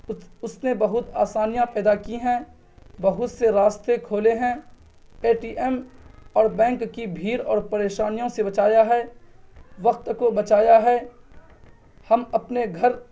اس نے بہت آسانیاں پیدا کی ہیں بہت سے راستے کھولے ہیں اے ٹی ایم اور بینک کی بھیڑ اور پریشانیوں سے بچایا ہے وقت کو بچایا ہے ہم اپنے گھر